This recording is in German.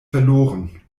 verloren